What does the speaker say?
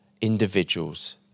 individuals